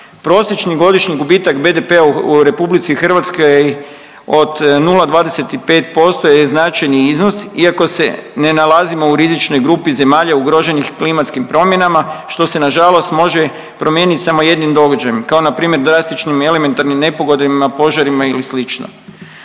Prosječni godišnji gubitak BDP-a u RH od 0,25% je značajni iznos iako se ne nalazimo u rizičnoj grupi zemalja ugroženih klimatskim promjenama što se nažalost može promijenit samo jednim događajem kao npr. drastičnim i elementarnim nepogodama požarima ili